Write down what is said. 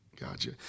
Gotcha